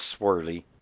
swirly